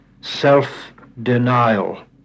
self-denial